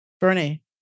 Bernie